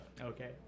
okay